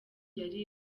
yari